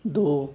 ਦੋ